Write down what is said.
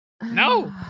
No